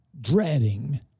dreading